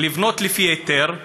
לבנות לפי היתר,